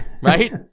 Right